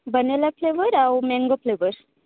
vanilla flavour ଆଉ mango flavour